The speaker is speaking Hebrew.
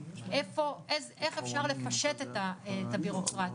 איך אפשר לפשט את הבירוקרטיה,